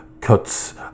Cuts